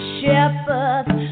shepherds